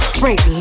break